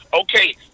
Okay